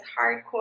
hardcore